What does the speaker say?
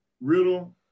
Riddle